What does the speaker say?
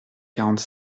quarante